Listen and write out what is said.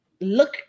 Look